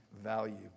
value